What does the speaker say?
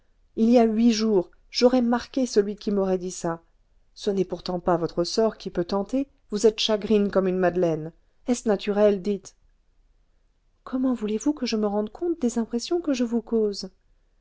il y a huit jours j'aurais marqué celui qui m'aurait dit ça ce n'est pourtant pas votre sort qui peut tenter vous êtes chagrine comme une madeleine est-ce naturel dites comment voulez-vous que je me rende compte des impressions que je vous cause